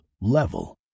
level